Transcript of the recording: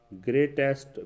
greatest